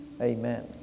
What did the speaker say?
Amen